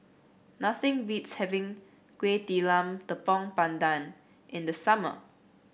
nothing beats having Kuih Talam Tepong Pandan in the summer